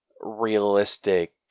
realistic